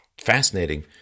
fascinating